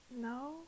No